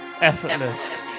effortless